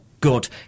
good